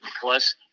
plus